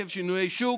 עקב שינויי שוק,